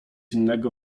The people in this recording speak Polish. innego